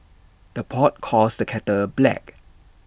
the pot calls the kettle black